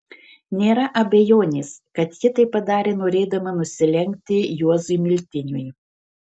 nėra abejonės kad ji tai padarė norėdama nusilenkti juozui miltiniui